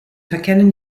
verkennen